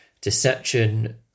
deception